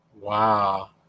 Wow